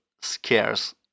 scarce